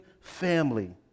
family